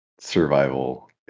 Survival